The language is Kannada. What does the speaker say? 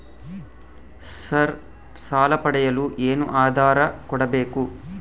ಸರ್ ಸಾಲ ಪಡೆಯಲು ಏನು ಆಧಾರ ಕೋಡಬೇಕು?